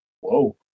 Whoa